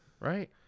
Right